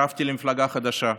הצטרפתי למפלגה חדשה,